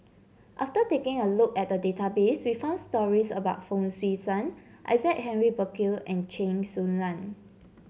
after taking a look at the database we found stories about Fong Swee Suan Isaac Henry Burkill and Chen Su Lan